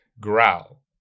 growl